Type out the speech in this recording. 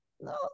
no